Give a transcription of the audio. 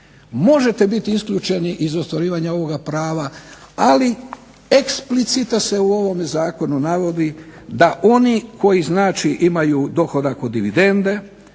možete biti isključeni iz ostvarivanja ovoga prava, ali eksplicitno se u ovome zakonu navodi da oni koji znači imaju dohodak od dividende,